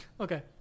Okay